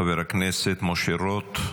חבר הכנסת משה רוט,